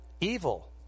evil